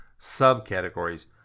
subcategories